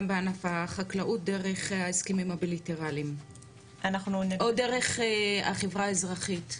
בענף החקלאות דרך ההסכמים הבילטרליים או דרך החברה האזרחית,